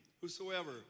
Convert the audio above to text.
Whosoever